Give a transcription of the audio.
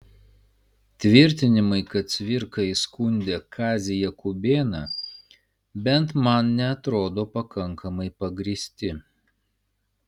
tvirtinimai kad cvirka įskundė kazį jakubėną bent man neatrodo pakankamai pagrįsti